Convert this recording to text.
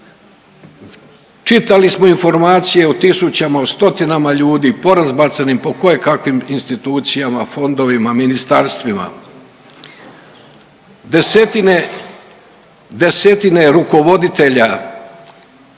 Čitali smo informacije o tisućama, o stotinama ljudi porazbacanim po kojekakvim institucijama, fondovima, ministarstvima. Desetine rukovoditelja